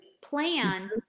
plan